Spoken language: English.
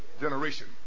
generation